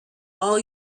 all